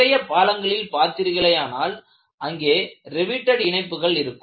நிறைய பாலங்களில் பார்த்தீர்களானால் அங்கே ரெவிட்டேட் இணைப்புகள் இருக்கும்